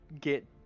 get